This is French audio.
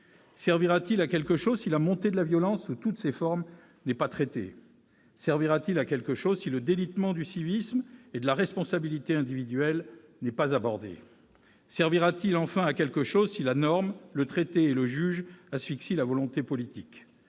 Servira-t-il à quelque chose si la montée de la violence, sous toutes ses formes, n'est pas traitée ? Servira-t-il à quelque chose si le délitement du civisme et de la responsabilité individuelle n'est pas abordé ? Servira-t-il à quelque chose si la norme, le traité et le juge asphyxient la volonté politique ?